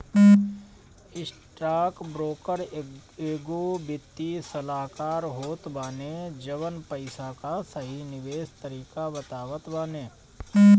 stockbroker एगो वित्तीय सलाहकार होत बाने जवन पईसा कअ सही निवेश तरीका बतावत बाने